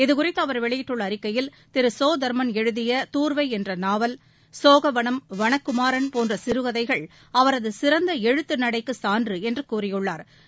இதுகுறித்து அவர் வெளியிட்டுள்ள அறிக்கையில் திரு சோ தர்மன் எழுதிய தூர்வை என்ற நாவல் சோகவனம் வனக்குமாரன் போன்ற சிறுகதைகள் அவரது சிறந்த எழுத்து நடைக்கு சான்று என்று கூறியுள்ளா்